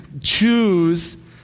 choose